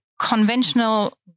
conventional